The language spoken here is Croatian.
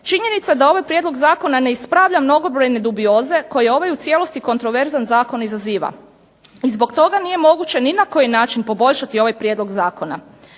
činjenica da ovaj Prijedlog zakona ne ispravlja mnogobrojne dubioze koje ovaj u cijelosti kontroverzan zakon izaziva. I zbog toga nije moguće ni na koji način poboljšati ovaj prijedlog Zakona.